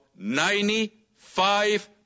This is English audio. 95